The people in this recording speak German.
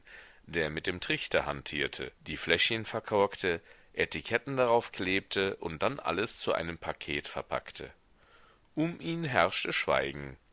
der mit dem trichter hantierte die fläschchen verkorkte etiketten darauf klebte und dann alles zu einem paket verpackte um ihn herrschte schweigen